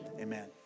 amen